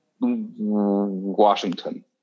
Washington